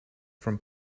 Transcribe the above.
from